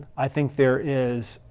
i think there is,